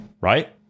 Right